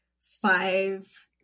five